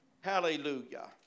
Hallelujah